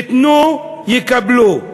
ייתנו, יקבלו.